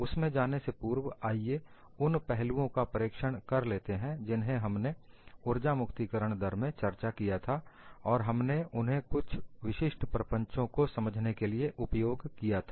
उसमें जाने से पूर्व आइए उन पहलुओं का प्रेक्षण कर लेते हैं जिन्हें हमने उर्जा मुक्तिकरण दर में चर्चा किया था और हमने उन्हें कुछ विशिष्ट प्रपंचों को समझने के लिए उपयोग किया था